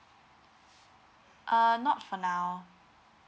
ah not for now